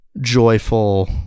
joyful